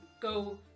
go